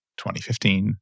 2015